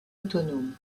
autonome